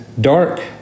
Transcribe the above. dark